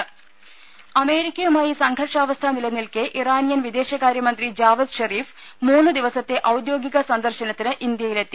ദരദ അമേരിക്കയുമായി സംഘർഷാവസ്ഥ നിലനിൽക്കെ ഇറാനിയൻ വിദേശകാര്യമന്ത്രി ജാവദ് സരീഫ് മൂന്നു ദിവസത്തെ ഔദ്യോഗിക സന്ദർശനത്തിന് ഇന്ത്യയിലെത്തി